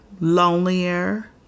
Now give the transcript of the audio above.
lonelier